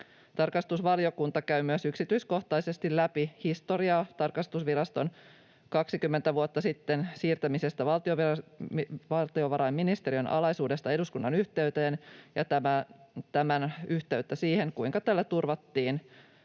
Tarkastusvaliokunta käy myös yksityiskohtaisesti läpi historiaa tarkastusviraston siirtämisestä 20 vuotta sitten valtiovarainministeriön alaisuudesta eduskunnan yhteyteen ja tämän yhteyttä siihen, kuinka tällä turvattiin